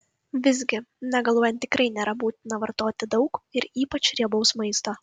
visgi negaluojant tikrai nėra būtina vartoti daug ir ypač riebaus maisto